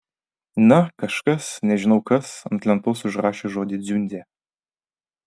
na kažkas nežinau kas ant lentos užrašė žodį dziundzė